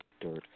dirt